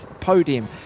podium